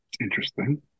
Interesting